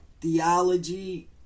theology